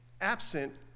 absent